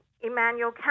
Emmanuel